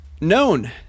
known